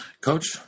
Coach